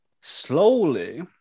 slowly